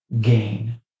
gain